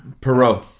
Perot